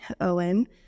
owen